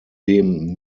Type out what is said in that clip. dem